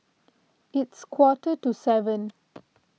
its quarter to seven